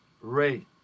Ray